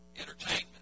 Entertainment